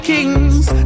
Kings